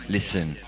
Listen